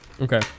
Okay